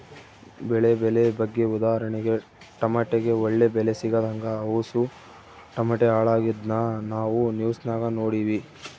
ಬೆಳೆ ಬೆಲೆ ಬಗ್ಗೆ ಉದಾಹರಣೆಗೆ ಟಮಟೆಗೆ ಒಳ್ಳೆ ಬೆಲೆ ಸಿಗದಂಗ ಅವುಸು ಟಮಟೆ ಹಾಳಾಗಿದ್ನ ನಾವು ನ್ಯೂಸ್ನಾಗ ನೋಡಿವಿ